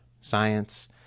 science